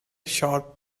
sharp